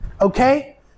Okay